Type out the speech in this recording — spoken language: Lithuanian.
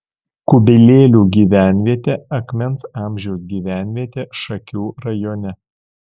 kubilėlių gyvenvietė akmens amžiaus gyvenvietė šakių rajone